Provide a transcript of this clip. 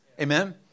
Amen